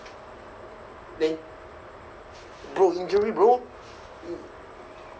then bro injury bro